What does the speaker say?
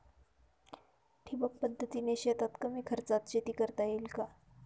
ठिबक पद्धतीने शेतात कमी खर्चात शेती करता येईल का?